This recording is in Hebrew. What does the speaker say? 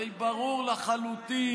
הרי ברור לחלוטין